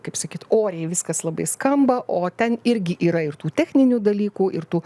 kaip sakyt oriai viskas labai skamba o ten irgi yra ir tų techninių dalykų ir tų